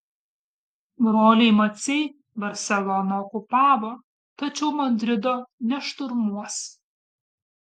broliai maciai barseloną okupavo tačiau madrido nešturmuos